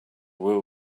will